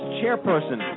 chairperson